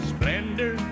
Splendor